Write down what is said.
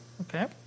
Okay